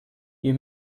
you